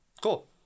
Cool